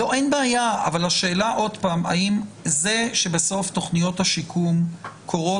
השאלה האם זה שבסוף תוכניות השיקום קורות